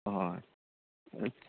हय हय